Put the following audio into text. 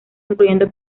incluyendo